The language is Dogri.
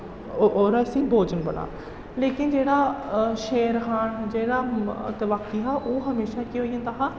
ओह्दा इसी भोजन बनां लेकिन जेह्ड़ा शेर खान जेह्ड़ा तवाकी हा ओह् हमेशां केह् होई जंदा हा